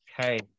Okay